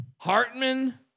Hartman